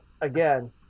Again